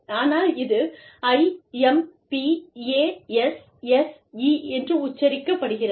ஆனால் இது I M P A S S E என்று உச்சரிக்கப்படுகிறது